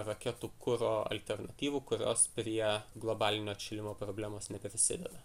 raketų kuro alternatyvų kurios prie globalinio atšilimo problemos neprisideda